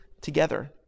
together